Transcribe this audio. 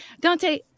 Dante